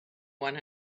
one